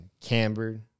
cambered